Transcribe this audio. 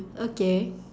okay